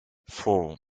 four